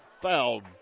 fouled